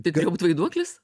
tai galėjo būt vaiduoklis